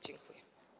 Dziękuję.